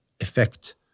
effect